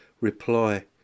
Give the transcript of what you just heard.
reply